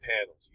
panels